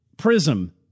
prism